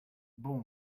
bon